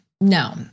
no